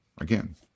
Again